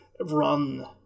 run